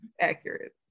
accurate